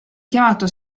chiamato